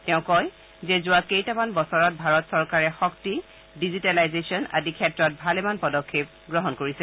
তেওঁ কয় যে যোৱা কেইটামান বছৰত ভাৰত চৰকাৰে শক্তি ডিজিটেলাইজেচন আদি ক্ষেত্ৰত ভালেমান পদক্ষেপ হাতত লৈছে